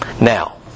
Now